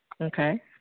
Okay